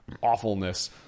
awfulness